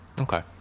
okay